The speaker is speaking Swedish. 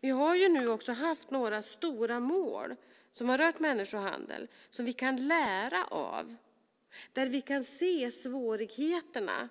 Vi har nu också haft några stora mål som har rört människohandel som vi kan lära av, där vi kan se svårigheterna